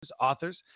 authors